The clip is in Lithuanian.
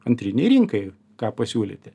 antrinei rinkai ką pasiūlyti